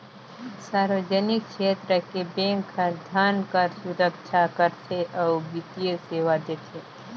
सार्वजनिक छेत्र के बेंक हर धन कर सुरक्छा करथे अउ बित्तीय सेवा देथे